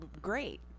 great